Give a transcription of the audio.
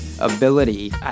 Ability